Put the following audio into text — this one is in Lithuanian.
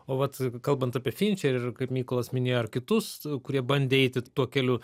o vat kalbant apie finčerį ir kaip mykolas minėjo ir kitus kurie bandė eiti tuo keliu